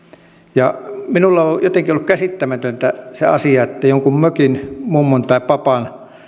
ja minulle on jotenkin ollut käsittämätöntä se asia että jonkun mökin mummon tai papan